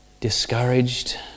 discouraged